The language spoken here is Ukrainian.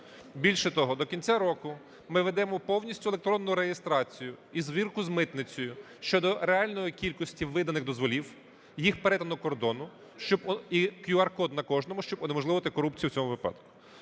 Більше того, до кінця року ми введемо повністю електронну реєстрацію і звірку з митницею щодо реальної кількості виданих дозволів, їх перетину кордону, і QR-кодна кожному, щоб унеможливити корупцію в цьому випадку.